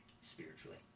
spiritually